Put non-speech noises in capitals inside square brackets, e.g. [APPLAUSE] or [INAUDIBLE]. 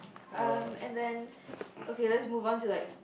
[NOISE] um and then okay let's move on to like